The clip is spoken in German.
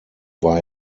war